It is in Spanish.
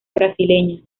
brasileña